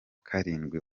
karindwi